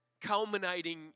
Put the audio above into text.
culminating